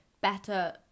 better